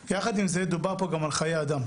יחד עם זה, דובר פה גם על חיי אדם.